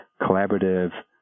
collaborative